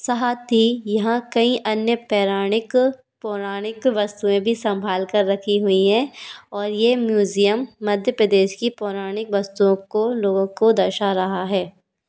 साथ ही यहाँ कई अन्य पौराणिक पौराणिक वस्तुऍं भी सम्भालकर रखी हुई हैं और यह म्यूज़ियम मध्य प्रदेश की पौराणिक वस्तुओं को लोगों को दर्शा रहा है